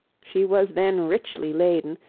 she was then richly laden,